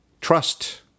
Trust